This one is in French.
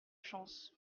chance